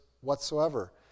whatsoever